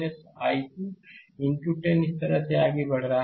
तो I1 I2 into 10 तो इस तरह से आगे बढ़ रहे हैं